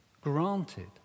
granted